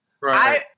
Right